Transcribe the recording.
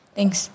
Thanks